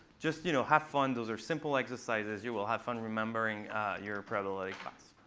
just you know have fun. those are simple exercises. you will have fun remembering your probability class.